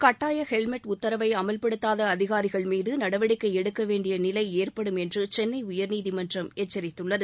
கட்டாய ஹெல்மெட் உத்தரவை அமல்படுத்தாத அதிகாரிகள் மீது நடவடிக்கை எடுக்க வேண்டிய நிலை ஏற்படும் என்று சென்னை உயர்நீதிமன்றம் எச்சரித்துள்ளது